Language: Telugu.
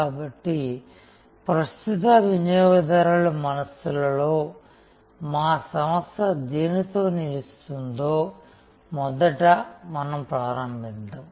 కాబట్టి ప్రస్తుత వినియోగదారుల మనస్సులలో మా సంస్థ దేనితో నిలుస్తుందో మొదట మనం ప్రారంభిద్దాం